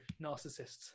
narcissists